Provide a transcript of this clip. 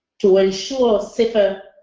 to ensure safer